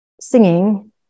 singing